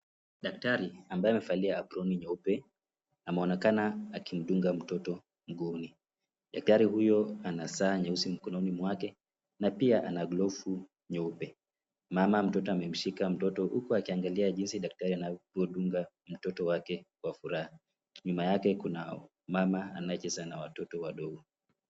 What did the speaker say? Daktari ambaye amevalia aproni nyeupe, ameonekana akimdunga mtoto mguuni, daktari huyo ana saa nyeusi mkononi mwake, na pia ana glovu nyeupe. Mama mtoto amemshika mtoto huku akiangalia jinsi daktari anavyo dunga mtoto wake kwa furaha .Nyuma yake kuna mama anaye cheza na watoto wadogo.